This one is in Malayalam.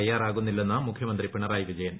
തയ്യാറാകുന്നില്ലെന്ന് മുഖ്യമന്ത്രി പിണറായി വിജയൻ